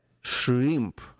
shrimp